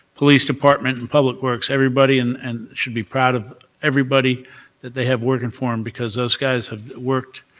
police department, and public works. everybody and and should be proud of everybody that they have working for them because those guys have worked